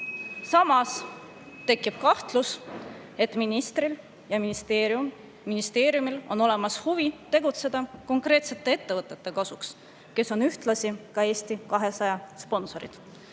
Samas tekib kahtlus, et ministril ja ministeeriumil on huvi tegutseda konkreetsete ettevõtete kasuks, kes on ühtlasi Eesti 200 sponsorid.